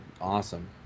awesome